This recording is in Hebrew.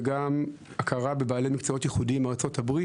וגם הכרה בעלי מקצועות ייחודיים מארצות הברית